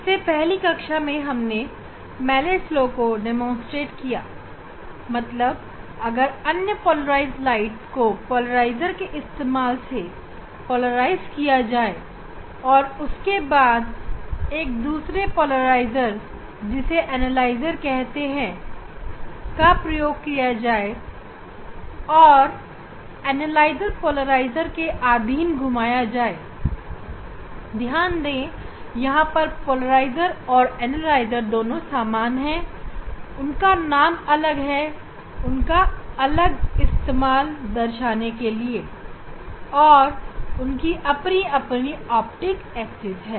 इससे पहले कक्षा में हमने मेलस लॉ का प्रदर्शन किया जो यह कहता है कि अगर अनपोलराइज्ड लाइट को पोलराइजर के इस्तेमाल से पोलराइज किया जाए और उसके बाद एक अन्य पोलराइजर जिसे एनालाइजर कहते हैं का प्रयोग किया जाए और एनालाइजर पोलराइजर के अधीन घुमाया जाए ध्यान दें यहां पर पोलराइजर और एनालाइजर दोनों सामान्य हैं उनका नाम अलग है उनका अलग इस्तेमाल दर्शाने के लिए और उनकी अपनी अपनी ऑप्टिक एक्सिस है